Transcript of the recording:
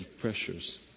pressures